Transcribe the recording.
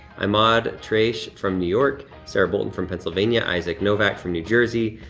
ahmad trache from new york, sarah bolton from pennsylvania. isaac novak from new jersey.